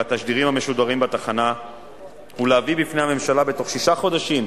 והתשדירים המשודרים בתחנה ולהביא בפני הממשלה בתוך שישה חודשים